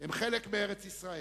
הם חלק מארץ-ישראל,